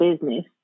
business